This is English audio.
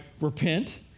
repent